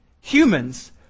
humans